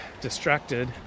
distracted